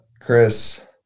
Chris